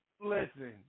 Listen